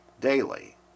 daily